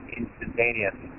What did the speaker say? instantaneous